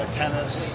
tennis